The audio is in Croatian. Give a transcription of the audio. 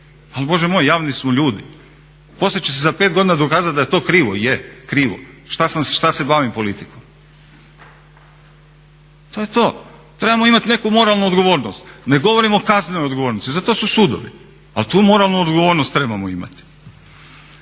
ali Bože moj javni smo ljudi. Poslije će se za 5 godina dokazat da je to krivo, je, krivo, šta se bavim politikom. To je to. Trebamo imat neku moralnu odgovornost, ne govorim o kaznenoj odgovornosti, za to su sudovi ali tu moralnu odgovornost trebamo imati.